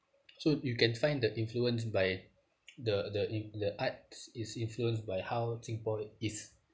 so you can find the influence by the the in the arts is influenced by how singapore is